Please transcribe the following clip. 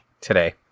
today